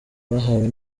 bahawe